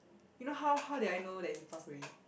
you know how how did I know that he passed away